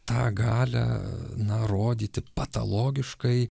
tą galią na rodyti patalogiškai